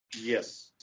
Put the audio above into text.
yes